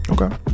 Okay